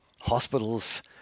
hospitals